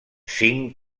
cinc